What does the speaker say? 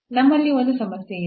ನಮ್ಮಲ್ಲಿ ಒಂದು ಸಮಸ್ಯೆ ಇದೆ